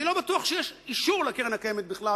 אני לא בטוח שיש אישור לקרן הקיימת בכלל